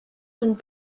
und